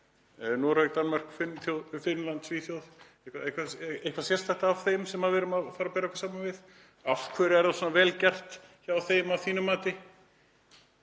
Noreg, Danmörku, Finnland, Svíþjóð, eitthvert eitt af þeim sem við erum að fara að bera okkur saman við? Af hverju er það svona vel gert hjá þeim að þínu mati